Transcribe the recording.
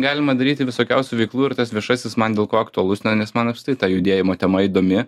galima daryti visokiausių veiklų ir tas viešasis man dėl ko aktualus na nes man apskritai ta judėjimo tema įdomi